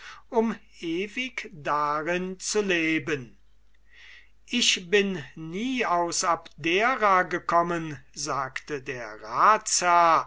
um ewig darin zu leben ich bin nie aus abdera gekommen sagte der ratsmann